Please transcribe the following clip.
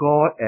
God